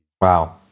Wow